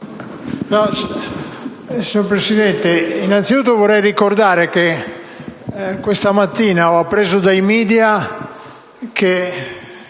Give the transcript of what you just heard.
Signora Presidente, innanzitutto vorrei ricordare che questa mattina ho appreso dai *media* che